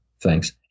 Thanks